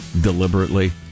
deliberately